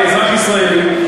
כאזרח ישראלי,